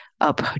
up